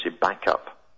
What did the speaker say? backup